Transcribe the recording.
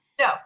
No